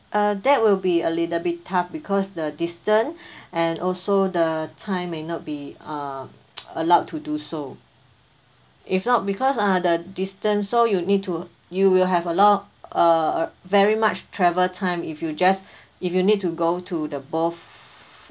uh that will be a little bit tough because the distance and also the time may not be uh allowed to do so if not because ah the distance so you need to you will have a lot uh very much travel time if you just if you need to go to the both